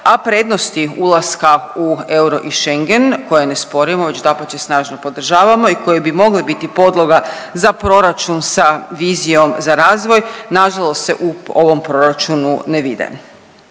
a prednosti ulaska u euro i Schengen koje ne sporimo već dapače snažno podržavamo i koji bi mogli biti podloga za proračun sa vizijom za razvoj, nažalost se u ovom proračunu ne vide.